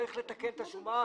צריך לתקן את השומה.